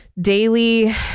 daily